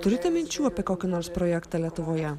turite minčių apie kokį nors projektą lietuvoje